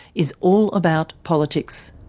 is all about politics.